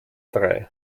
drei